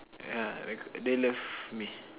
ah they love me